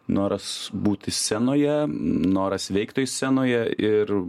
noras būti scenoje noras veikt toj scenoje ir